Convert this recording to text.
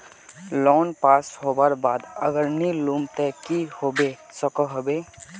Loan pass होबार बाद अगर नी लुम ते की होबे सकोहो होबे?